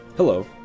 Hello